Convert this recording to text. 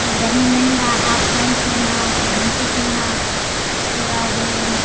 गर्मी में ही न हाप पैंट पहना गंजी पहना उसके बाद ये